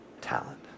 Talent